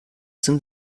zum